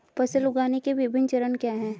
फसल उगाने के विभिन्न चरण क्या हैं?